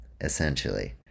essentially